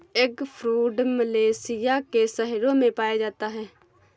eggfruit Malaysia के शहरों में पाया जाता है